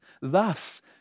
Thus